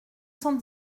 cent